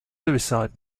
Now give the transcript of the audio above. suicide